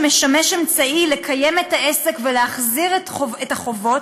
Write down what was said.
שמשמש אמצעי לקיים את העסק ולהחזיר את החובות,